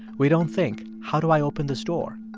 we don't think, how do i open this door?